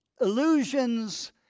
illusions